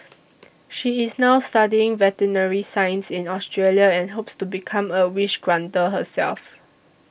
she is now studying veterinary science in Australia and hopes to become a wish granter herself